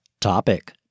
Topic